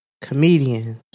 comedians